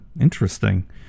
interesting